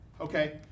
okay